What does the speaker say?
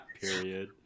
Period